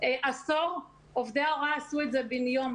עשור עובדי ההוראה עשו את זה בן יום,